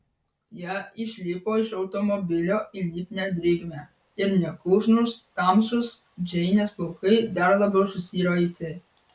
jie išlipo iš automobilio į lipnią drėgmę ir neklusnūs tamsūs džeinės plaukai dar labiau susiraitė